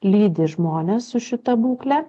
lydi žmones su šita būkle